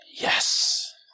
Yes